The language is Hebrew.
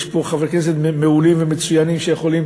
יש פה חברי כנסת מעולים ומצוינים שיכולים